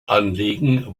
anliegen